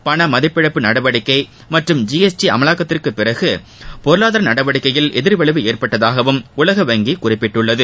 பண மதிப்பிழப்பு நடவடிக்கை மற்றும் ஜிஎஸ்டி அமலாக்கத்திற்குப் பிறகு பொருளாதார நடவடிக்கையில் எதிர் விளைவு ஏற்பட்டதாகவும் உலக வங்கி குறிப்பிட்டுள்ளது